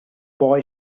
boy